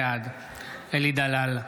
בעד אלי דלל,